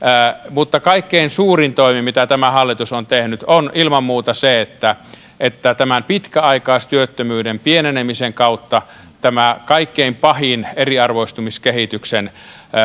mutta kaikkein suurin toimi mitä tämä hallitus on tehnyt on ilman muuta se että että tämän pitkäaikaistyöttömyyden pienenemisen kautta tämä kaikkein pahin eriarvoistumiskehityksen